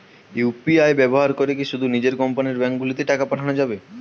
UPI ব্যবহার করে কি শুধু নিজের কোম্পানীর ব্যাংকগুলিতেই টাকা পাঠানো যাবে?